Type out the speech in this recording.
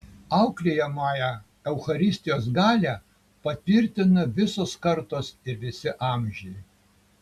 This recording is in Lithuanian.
auklėjamąją eucharistijos galią patvirtina visos kartos ir visi amžiai